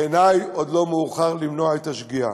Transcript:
בעיני עוד לא מאוחר למנוע את השגיאה.